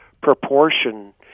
proportion